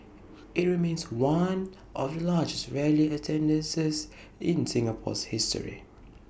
IT remains one of the largest rally attendances in Singapore's history